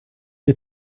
des